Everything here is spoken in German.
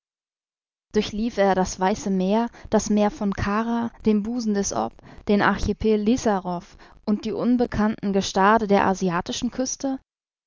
durchlief er das weiße meer das meer von kara den busen des ob den archipel lizarow und die unbekannten gestade der asiatischen küste